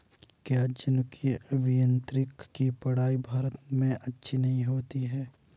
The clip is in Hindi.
क्या जनुकीय अभियांत्रिकी की पढ़ाई भारत में अच्छी नहीं होती?